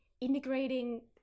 integrating